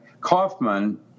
Kaufman